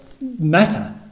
matter